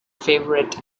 favorite